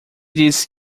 disse